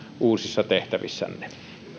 uusissa tehtävissänne